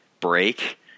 break